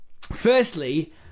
firstly